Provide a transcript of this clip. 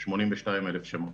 82,000 שמות.